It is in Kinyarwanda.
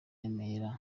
remera